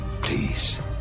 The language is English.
please